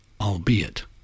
albeit